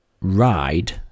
ride